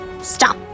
Stop